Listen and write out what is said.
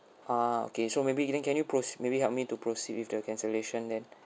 ah okay so maybe then can you proc~ maybe help me to proceed with the cancellation then